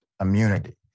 immunity